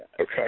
Okay